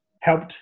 helped